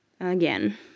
Again